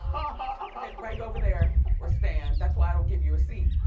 ah right over there or stand. that's why i don't give you a seat.